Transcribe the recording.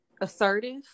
assertive